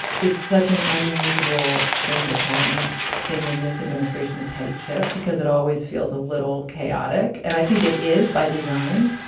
it's such an unusual thing to call any thing in this administration a tight ship because it always feels a little chaotic. and i think it is by design.